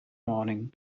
morning